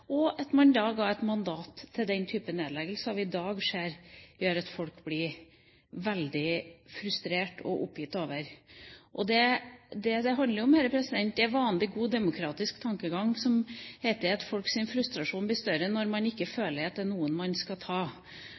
og at man da ga et mandat til den type nedleggelser som vi i dag ser at folk blir veldig frustrert og oppgitt over. Dette handler om en vanlig, god demokratisk tankegang som går ut på at folks frustrasjon blir større når man føler at det er noen man skal ta.